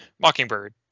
Mockingbird